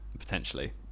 potentially